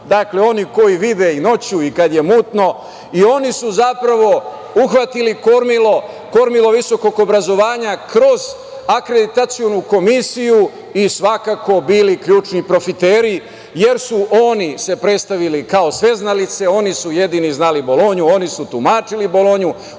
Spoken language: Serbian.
Dakle, oni koji vide i noću i kada je mutno. Oni su uhvatili kormilo visokog obrazovanja kroz akreditacionu komisiju i svakako bili ključni profiteri jer su se oni predstavili kao sveznalice, oni su jedini znali Bolonju, oni su tumačili Bolonju,